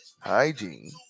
Hygiene